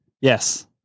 Yes